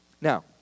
Now